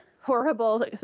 horrible